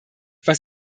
was